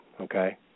okay